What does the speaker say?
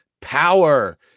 Power